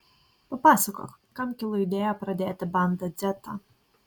papasakok kam kilo idėja pradėti banda dzetą